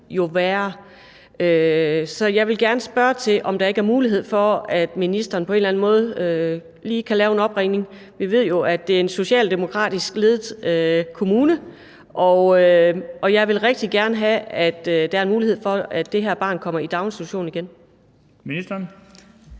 jo værre. Så jeg vil gerne spørge til, om der ikke er mulighed for, at ministeren på en eller anden måde lige kan lave en opringning – vi ved jo, at det er en socialdemokratisk ledet kommune. Jeg vil rigtig gerne have, at der er mulighed for, at det her barn kommer i daginstitution igen. Kl.